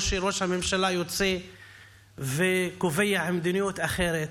או שראש הממשלה יוצא וקובע מדיניות אחרת?